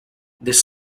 this